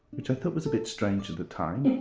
which i think was a bit strange at the time.